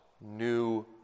new